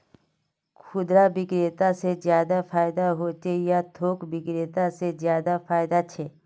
खुदरा बिक्री से ज्यादा फायदा होचे या थोक बिक्री से ज्यादा फायदा छे?